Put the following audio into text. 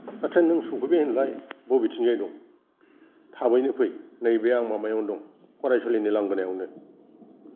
आदसा नों सफैबायहोनलाय बबेथिंजाय दं थाबैनो फै नैबे आं माबायावनो दं फरायसालिनि लांगोनायावनो